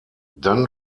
dann